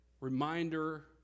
reminder